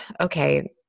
okay